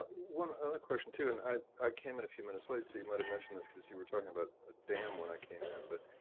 one other question too, and i i came in a few minutes late, so you might have mentioned this, because you were talking about ah dam when i came in. but,